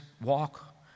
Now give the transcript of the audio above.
walk